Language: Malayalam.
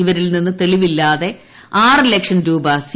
ഇവരിൽ നിന്ന് തെളിവില്ലാതെ ആറ് ലക്ഷം രൂപ സി